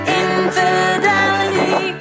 infidelity